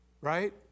Right